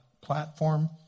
platform